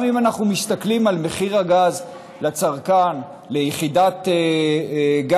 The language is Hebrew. גם אם אנחנו מסתכלים על מחיר הגז לצרכן ליחידת גז,